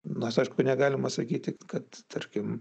nors aišku negalima sakyti kad tarkim